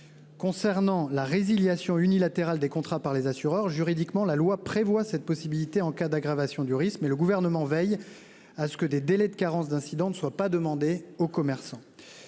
Concernant la résiliation unilatérale des contrats par les assureurs, la loi prévoit une telle possibilité en cas d'aggravation du risque, mais le Gouvernement veille à ce que des délais de carence d'incidents ne soient pas demandés aux commerçants.